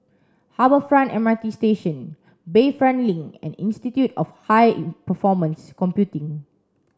Harbour Front M R T Station Bayfront Link and Institute of High Performance Computing